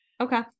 Okay